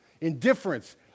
indifference